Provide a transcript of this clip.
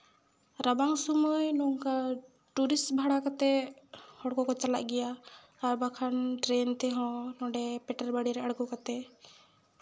ᱨᱟᱵᱟᱝ ᱥᱚᱢᱚᱭ ᱱᱚᱝᱠᱟ ᱴᱩᱨᱤᱥᱴ ᱵᱷᱟᱲᱟ ᱠᱟᱛᱮ ᱦᱚᱲ ᱠᱚᱠᱚ ᱪᱟᱞᱟᱜ ᱜᱮᱭᱟ ᱟᱨ ᱵᱟᱝᱠᱷᱟᱱ ᱴᱨᱮᱱ ᱛᱮᱦᱚᱸ ᱱᱚᱰᱮ ᱯᱮᱴᱮᱨ ᱵᱟᱲᱮ ᱨᱮ ᱟᱬᱜᱚ ᱠᱟᱛᱮ